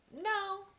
no